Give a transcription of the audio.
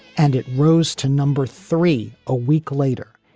and it rose to number three a week later,